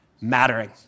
mattering